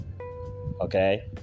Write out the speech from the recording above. Okay